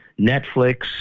Netflix